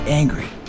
angry